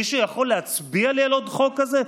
מישהו יכול להצביע לי על עוד חוק כזה?